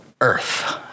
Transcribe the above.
earth